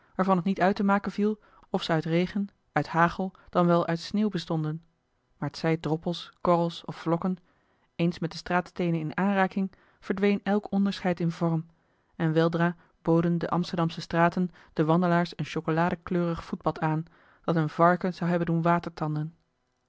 waarvan het niet uit te maken viel of ze uit regen uit hagel dan wel uit sneeuw bestonden maar t zij droppels korrels of vlokken eens met de straatsteenen in aanraking verdween elk onderscheid in vorm en weldra boden de amsterdamsche straten den wandelaars een chocoladekleurig voetbad aan dat een varken zou hebben doen watertanden